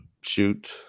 shoot